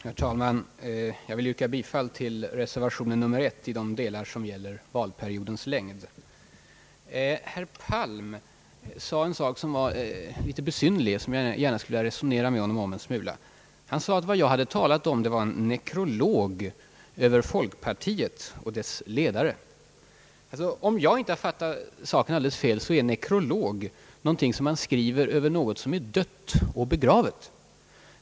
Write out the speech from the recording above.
Herr talman! Jag vill yrka bifall till reservation 1 i de delar som gäller valperiodens längd. Herr Palm sade något, som jag finner besynnerligt och som jag gärna vill resonera en smula med honom om. Han sade att jag talat om »en nekrolog över folkpartiet och dess ledare». Om jag inte har missuppfattat saken är en nekrolog det som man skriver över något som är dött och begravet.